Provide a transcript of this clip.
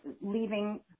leaving